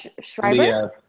Schreiber